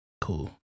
Cool